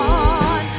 on